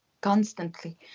constantly